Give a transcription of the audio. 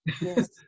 Yes